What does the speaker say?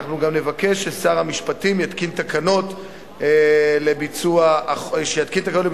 אנחנו גם נבקש ששר המשפטים יתקין תקנות לביצוע החוק.